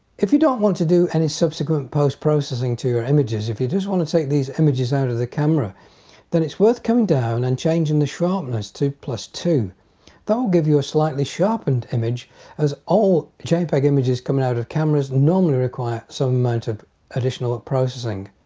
if you don't want to do any subsequent post-processing to your images if you just want to take these images out of the camera then it's worth coming down and changing the sharpness to two they'll give you a slightly sharpened image as all jpeg images coming out of cameras normally require some amount of additional processing.